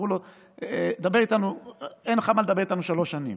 שאמרו לו: אין לך מה לדבר איתנו שלוש שנים.